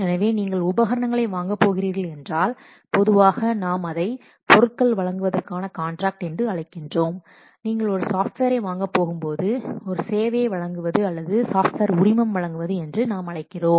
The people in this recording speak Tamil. எனவே நீங்கள் உபகரணங்களை வாங்கப் போகிறீர்கள் என்றால் பொதுவாக நாம்அ தை பொருட்கள் வழங்குவதற்கான காண்ட்ராக்ட் என்று அழைக்கிறோம் நீங்கள் ஒரு சாஃப்ட்வேரை வாங்கப் போகும்போது ஒரு சேவையை வழங்குவது அல்லது சாஃப்ட்வேர் உரிமம் வழங்குவது என்று நாம் அழைக்கிறோம்